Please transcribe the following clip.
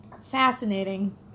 Fascinating